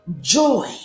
Joy